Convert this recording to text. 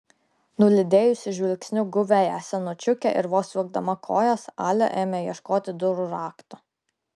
nulydėjusi žvilgsniu guviąją senučiukę ir vos vilkdama kojas alia ėmė ieškoti durų rakto